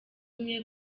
umwe